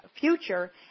future